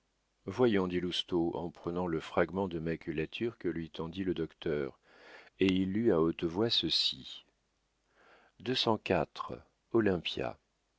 voyons dit lousteau en prenant le fragment de maculature que lui tendit le docteur et il lut à haute voix ceci